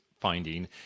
finding